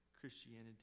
Christianity